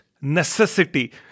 necessity